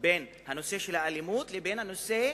בין נושא האלימות לבין נושא